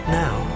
now